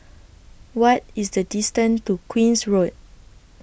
What IS The distance to Queen's Road